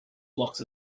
blocks